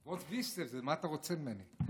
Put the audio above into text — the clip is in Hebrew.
ואס וילסט דו זה מה אתה רוצה ממני.